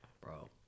Bro